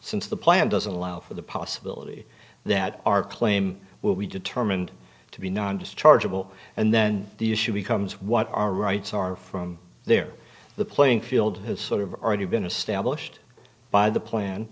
since the plan doesn't allow for the possibility that our claim will be determined to be non just chargeable and then the issue becomes what our rights are from there the playing field has sort of already been established by the plan